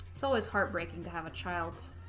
it's always heartbreaking to have a child